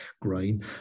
grain